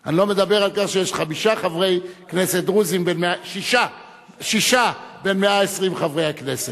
אני לא מדבר על כך שיש שישה חברי כנסת דרוזים בין 120 חברי הכנסת.